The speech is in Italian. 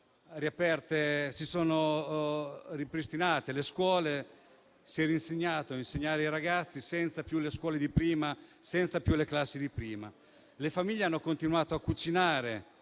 sono state riaperte le scuole. Si è ricominciato ad insegnare ai ragazzi senza più le scuole di prima e senza più le classi di prima. Le famiglie hanno continuato a cucinare,